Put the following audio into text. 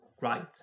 right